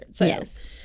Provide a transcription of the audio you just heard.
Yes